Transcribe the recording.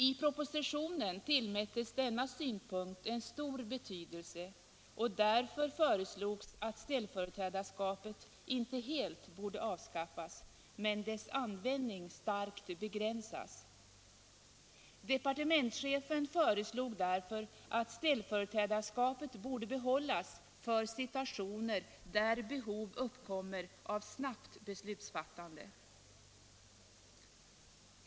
I propositionen tillmättes denna synpunkt en stor betydelse, och därför föreslogs att ställföreträdarskapet inte helt borde avskaffas, men dess användning starkt begränsas. Departementschefen föreslog därför att ställföreträdarskapet skulle behållas för situationer där behov uppkommer av snabbt beslutsfattande.